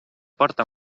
porta